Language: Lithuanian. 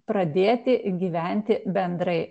pradėti gyventi bendrai